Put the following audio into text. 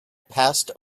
passed